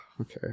okay